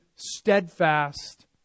steadfast